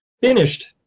finished